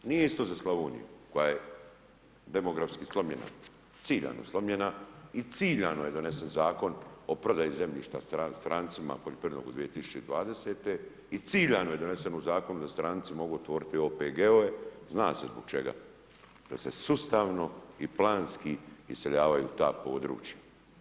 Nije isto za Slavoniju koja je demografski slomljena, ciljano slomljena i ciljano je donesen Zakon o prodaji zemljišta strancima poljoprivrednog u 2020. i ciljano je donesen u zakonu da stranci mogu otvoriti OPG-ove, zna se zbog čega, da se sustavno i planski iseljavaju ta područja.